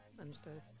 understood